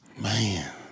Man